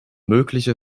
mögliche